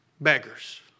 Beggars